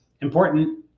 important